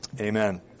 Amen